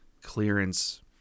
clearance